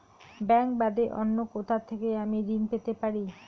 Bank বাদে অন্য কোথা থেকে আমি ঋন পেতে পারি?